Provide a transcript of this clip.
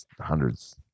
Hundreds